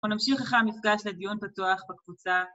‫אנחנו נמשיך אחר כך ‫למפגש לדיון פתוח בקבוצה.